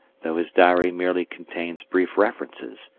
though his diary merely contains brief references,